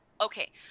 Okay